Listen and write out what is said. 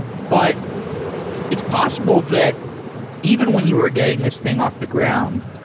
but it's possible that even when you are getting this thing off the ground,